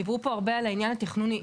דיברו פה הרבה על העניין התכנוני,